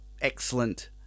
excellent